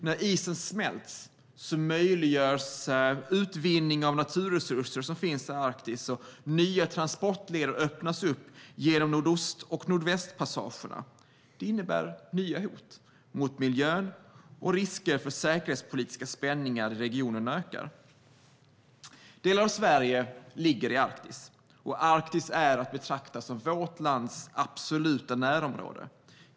När isen smälter möjliggörs utvinning av naturresurser som finns i Arktis, och nya transportleder öppnas upp genom nordost och nordvästpassagerna. Det innebär nya hot mot miljön och att risken för säkerhetspolitiska spänningar i regionen ökar. Delar av Sverige ligger i Arktis, och Arktis är att betrakta som vårt lands absoluta närområde.